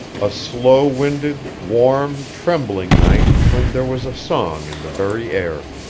a slow-winded, warm, trembling night when there was a song in the very air.